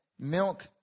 Milk